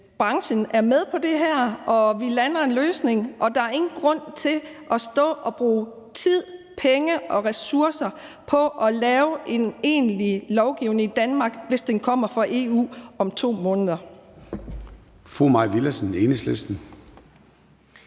branchen er med på det her, og at vi lander en løsning. Og der er ingen grund til at stå og bruge tid, penge og ressourcer på at lave en egentlig lovgivning i Danmark, hvis den kommer fra EU om 2 måneder.